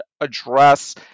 address